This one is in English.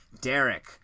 Derek